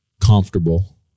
comfortable